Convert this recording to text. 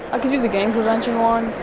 i can do the gang prevention one.